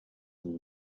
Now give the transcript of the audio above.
them